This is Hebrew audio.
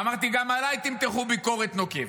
ואמרתי: גם עליי תמתחו ביקורת נוקבת.